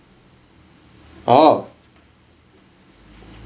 ah